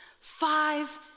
five